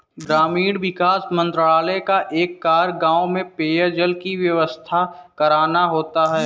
ग्रामीण विकास मंत्रालय का एक कार्य गांव में पेयजल की व्यवस्था करना होता है